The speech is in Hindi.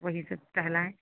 वहीं से टहलाएं